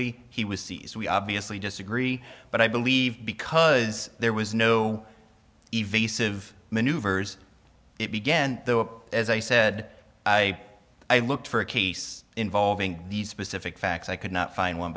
y he was c s we obviously disagree but i believe because there was no evasive maneuvers it began though as i said i i look for a case involving these specific facts i could not find one